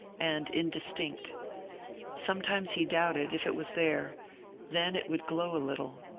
and indistinct sometimes he doubted if it was there then it would glow a little.